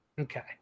Okay